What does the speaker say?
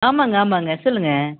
ஆமாம்ங்க ஆமாம்ங்க சொல்லுங்கள்